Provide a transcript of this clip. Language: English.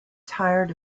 tired